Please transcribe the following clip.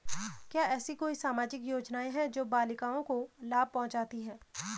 क्या ऐसी कोई सामाजिक योजनाएँ हैं जो बालिकाओं को लाभ पहुँचाती हैं?